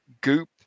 goop